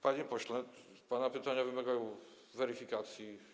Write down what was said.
Panie pośle, pana pytania wymagają weryfikacji.